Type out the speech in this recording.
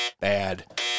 bad